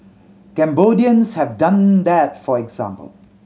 Cambodians have done that for example